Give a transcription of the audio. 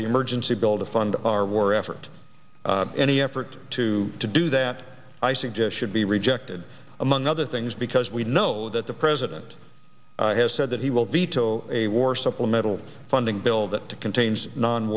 the emergency build a fund our war effort any effort to to do that i suggest should be rejected among other things because we know that the president has said that he will veto a war supplemental funding bill that contains non